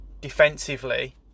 defensively